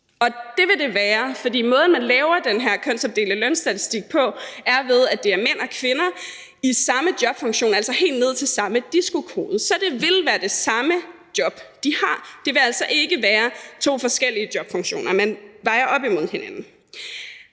det vil det være, for måden, man laver den her kønsopdelte lønstatistik på, er, ved at det er mænd og kvinder i samme jobfunktion, altså helt ned til samme DISCO-kode. Så det vil være det samme job, de har. Det vil altså ikke være to forskellige jobfunktioner, man vejer op imod hinanden.